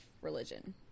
religion